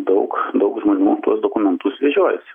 daug daug žmonių tuos dokumentus vežiojasi